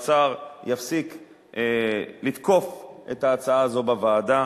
שהאוצר יפסיק לתקוף את ההצעה הזו בוועדה.